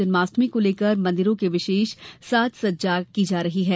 जन्माष्टमी को लेकर मंदिरों की विशेष साज सज्जा की जा रही है